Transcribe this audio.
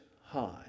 High